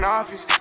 office